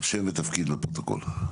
שם ותפקיד לפרוטוקול.